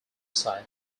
site